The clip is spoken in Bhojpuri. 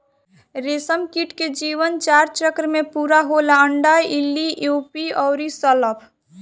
रेशमकीट के जीवन चार चक्र में पूरा होला अंडा, इल्ली, प्यूपा अउरी शलभ